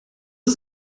ist